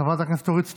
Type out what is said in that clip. חברת הכנסת אורית סטרוק,